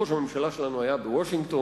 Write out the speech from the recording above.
ראש הממשלה שלנו היה בוושינגטון,